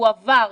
הועבר,